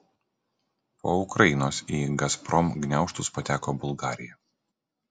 po ukrainos į gazprom gniaužtus pateko bulgarija